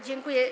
Dziękuję.